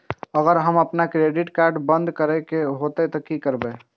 अगर हमरा आपन क्रेडिट कार्ड बंद करै के हेतै त की करबै?